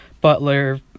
Butler